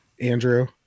Andrew